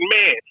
man